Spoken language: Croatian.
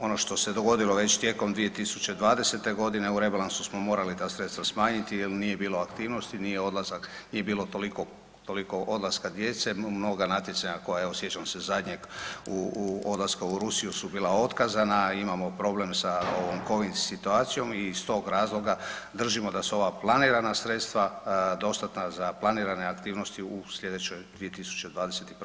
Ono što se dogodilo već tijekom 2020. g. u rebalansu smo morali ta sredstva smanjiti jer nije bilo aktivnosti, nije odlazak, nije bilo toliko odlaska djece, mnoga natjecanja koja, evo, sjećam se, zadnjeg odlaska u Rusiju su bila otkazana, imamo problem sa ovom Covid situacijom i iz tog razloga držimo da se ova planirana sredstva dostatna za planirane aktivnosti u sljedećoj 2021. g.